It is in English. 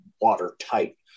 watertight